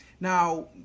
Now